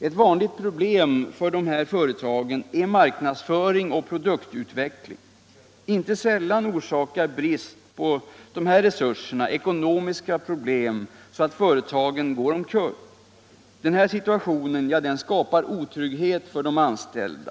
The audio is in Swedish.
Ett vanligt problem för företag av detta slag är marknadsföring och produktutveckling. Inte sällan orsakar brist på de här resurserna ekonomiska problem så att företagen går omkull. Denna situation skapar otrygghet för de anställda.